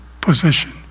position